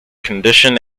condition